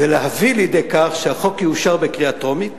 ולהביא לידי כך שהחוק יאושר בקריאה טרומית